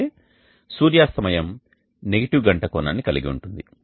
అయితే సూర్యాస్తమయం నెగిటివ్ గంట కోణాన్ని కలిగి ఉంటుంది